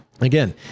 again